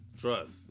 Trust